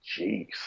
Jeez